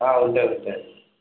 ఉంటాయి ఉంటాయి